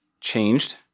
changed